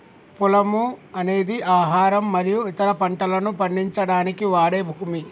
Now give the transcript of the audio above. పొలము అనేది ఆహారం మరియు ఇతర పంటలను పండించడానికి వాడే భూమి